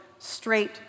straight